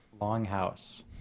Longhouse